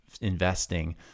investing